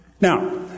Now